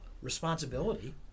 Responsibility